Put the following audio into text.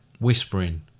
Whispering